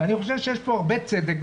אני חושב שיש פה הרבה צדק,